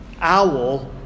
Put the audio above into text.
owl